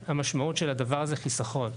אין המשמעות של הדבר הזה חיסכון.